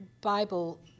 bible